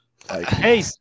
Hey